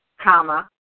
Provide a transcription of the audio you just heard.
comma